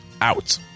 out